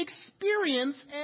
experience